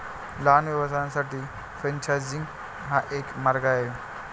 लहान व्यवसायांसाठी फ्रेंचायझिंग हा एक मार्ग आहे